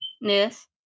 Yes